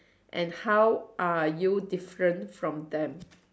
and how are you different from them